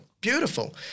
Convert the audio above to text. Beautiful